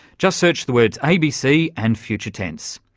just search the words abc and future tense.